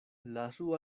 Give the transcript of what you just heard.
lasu